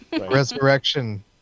Resurrection